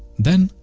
then,